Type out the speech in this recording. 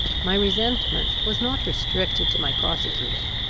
my resentment was not restricted to my prosecutor,